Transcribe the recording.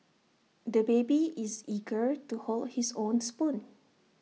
the baby is eager to hold his own spoon